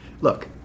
look